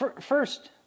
First